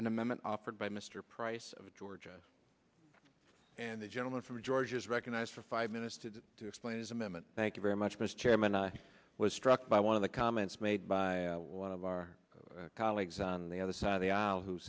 an amendment offered by mr price of georgia and the gentleman from georgia is recognized for five minutes today to explain his amendment thank you very much mr chairman i was struck by one of the comments made by one of our colleagues on the other side of the aisle who